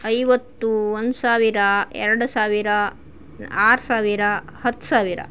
ಐವತ್ತು ಒಂದು ಸಾವಿರ ಎರಡು ಸಾವಿರ ಆರು ಸಾವಿರ ಹತ್ತು ಸಾವಿರ